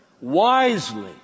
Wisely